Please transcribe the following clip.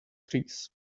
trees